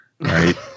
Right